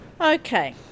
Okay